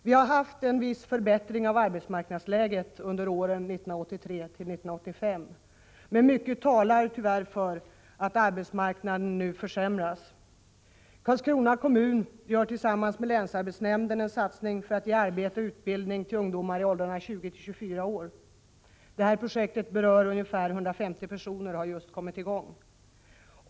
Vi har haft en viss förbättring av arbetsmarknadsläget under åren 1983-1985, men mycket talar tyvärr för att arbetsmarknaden nu försämras. Karlskrona kommun gör tillsammans med länsarbetsnämnden en satsning för att ge arbete och utbildning till ungdomar i åldrarna 20-24 år. Detta projekt berör ungefär 150 personer och har just kommit i gång.